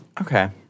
Okay